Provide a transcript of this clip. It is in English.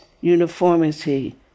uniformity